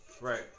right